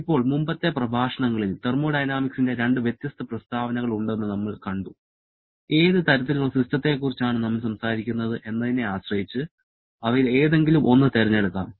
ഇപ്പോൾ മുമ്പത്തെ പ്രഭാഷണങ്ങളിൽ തെർമോഡൈനാമിക്സിന്റെ രണ്ട് വ്യത്യസ്ത പ്രസ്താവനകൾ ഉണ്ടെന്ന് നമ്മൾ കണ്ടു ഏത് തരത്തിലുള്ള സിസ്റ്റത്തെക്കുറിച്ചാണ് നമ്മൾ സംസാരിക്കുന്നത് എന്നതിനെ ആശ്രയിച്ച് അവയിൽ ഏതെങ്കിലും ഒന്ന് തിരഞ്ഞെടുക്കാം